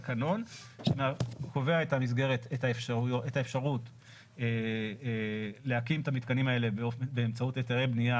תקנון שקובע את האפשרות להקים את המתקנים האלה באמצעות היתרי בנייה,